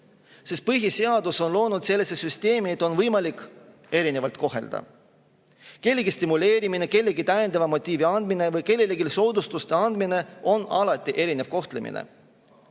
on põhiseadusega loodud selline süsteem, et on võimalik erinevalt kohelda. Kellegi stimuleerimine, kellelegi täiendava motiivi või kellelegi soodustuste andmine on alati erinev kohtlemine.